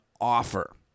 offer